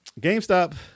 GameStop